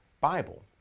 Bible